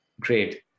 great